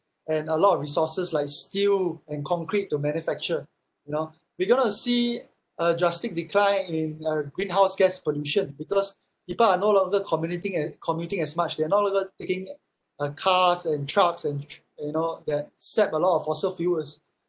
and a lot of resources like steel and concrete to manufacture you know we're going to see a drastic decline in uh greenhouse gas pollution because people are no longer commuting as much they are no longer taking uh cars and trucks and tr~ you know that sap a lot of fossil fuels